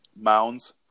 Mounds